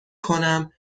کنم